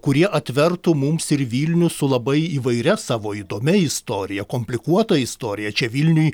kurie atvertų mums ir vilnių su labai įvairia savo įdomia istorija komplikuota istorija čia vilniuj